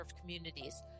communities